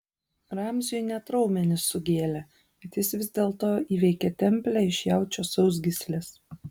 ramziui net raumenis sugėlė bet jis vis dėlto įveikė templę iš jaučio sausgyslės